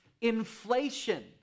inflation